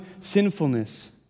sinfulness